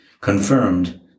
confirmed